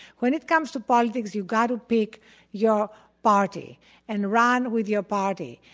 when it comes to politics, you've got to pick your party and run with your party,